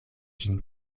ĝin